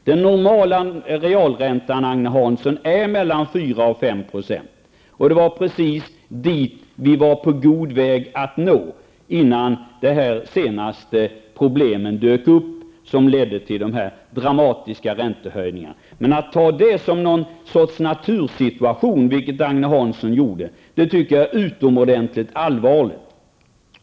Den normala realräntan, Agne Hansson, ligger mellan 4 % och 5 %. Det var precis dit vi var på god väg att nå innan de senaste problemen, som ledde till dessa dramatiska räntehöjningar, uppstod. Att som Agne Hansson betrakta detta som något slags natursituation anser jag vara utomordentligt allvarligt.